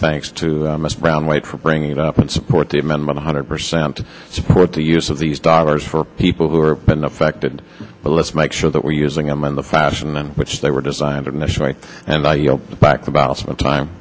thanks to mr brown wait for bringing it up and support the amendment a hundred percent support the use of these dollars for people who are affected let's make sure that we're using them in the fashion which they were designed initially and i